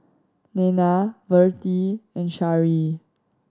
Nena Vertie and Shari